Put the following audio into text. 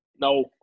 No